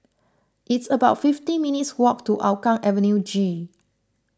it's about fifty minutes' walk to Hougang Avenue G